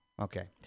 Okay